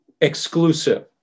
exclusive